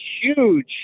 huge